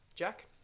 Jack